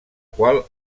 qual